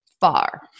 far